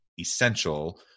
essential